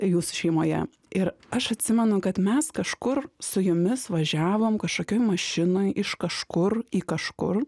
jūsų šeimoje ir aš atsimenu kad mes kažkur su jumis važiavom kažkokioj mašinoj iš kažkur į kažkur